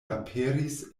aperis